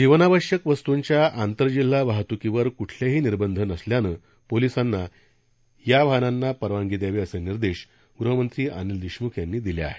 जीवनावश्यक वस्तूंच्या आंतर जिल्हा वाहत्कीवर क्ठलेही निर्बंध नसल्याने पोलिसांना या वाहनांना परवानगी द्यावी असे निर्देश गृहमंत्री अनिल देशम्ख यांनी दिले आहेत